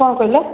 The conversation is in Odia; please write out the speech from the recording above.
କ'ଣ କହିଲ